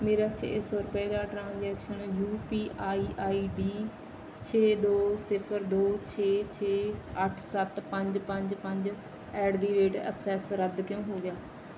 ਮੇਰਾ ਛੇ ਸੌ ਰੁਪਏ ਦਾ transactions U P I I D ਛੇ ਦੋ ਸਿਫਰ ਦੋ ਛੇ ਛੇ ਅੱਠ ਸੱਤ ਪੰਜ ਪੰਜ ਪੰਜ ਐਟ ਦੀ ਰੇਟ ਐਕਸਿਸ ਰੱਦ ਕਿਉਂ ਹੋ ਗਿਆ